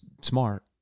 smart